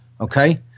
okay